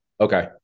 Okay